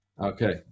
Okay